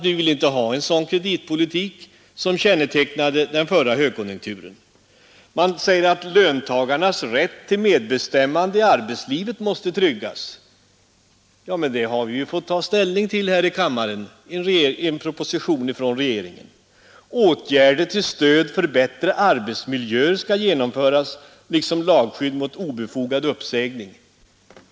Vi vill inte ha en sådan kreditpolitik som kännetecknade den förra högkonjunkturen. Man säger att löntagarnas rätt till medbestämmande i arbetslivet måste tryggas. Ja, men det har vi ju fått ta ställning till här i kammaren efter en proposition från regeringen. Man talar om åtgärder till stöd för bättre arbetsmiljöer liksom lagskydd för obefogad uppsägning.